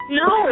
no